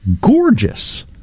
gorgeous